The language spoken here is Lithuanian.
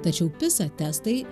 tačiau pisa testai